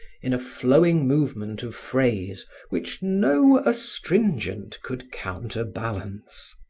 in a flowing movement of phrase which no astringent could counterbalance.